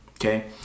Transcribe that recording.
Okay